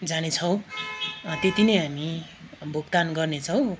जानेछौँ त्यति नै हामी भुक्तान गर्नेछौँ